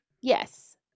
Yes